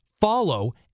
follow